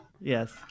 Yes